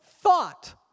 thought